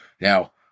Now